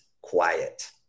quiet